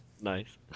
Nice